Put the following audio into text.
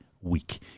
week